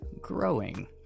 growing